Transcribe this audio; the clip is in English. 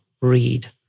read